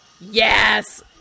Yes